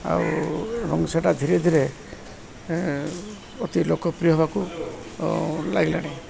ଆଉ ଆମର ସେଇଟା ଧୀରେ ଧୀରେ ଅତି ଲୋକପ୍ରିୟ ହେବାକୁ ଲାଗିଲାଣି